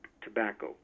tobacco